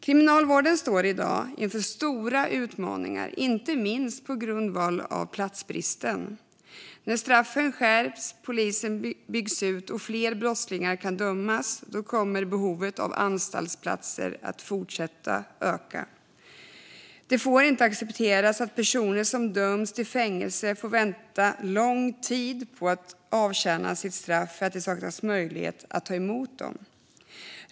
Kriminalvården står i dag inför stora utmaningar, inte minst på grund av platsbristen. När straffen skärps, polisen byggs ut och fler brottslingar kan dömas kommer behovet av anstaltsplatser att fortsätta öka. Det får inte accepteras att personer som dömts till fängelse får vänta lång tid på att avtjäna sina straff därför att det saknas möjlighet att ta emot dem.